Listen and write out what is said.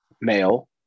male